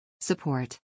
Support